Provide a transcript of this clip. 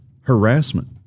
harassment